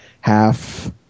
half